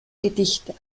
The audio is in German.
gedichte